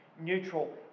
neutral